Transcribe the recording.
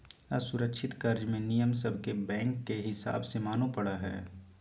असुरक्षित कर्ज मे नियम सब के बैंक के हिसाब से माने पड़ो हय